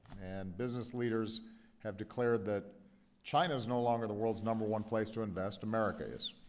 and business leaders have declared that china is no longer the world's number one place to invest america is.